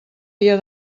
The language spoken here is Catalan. dia